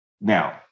Now